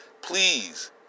Please